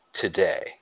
today